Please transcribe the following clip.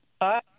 Hi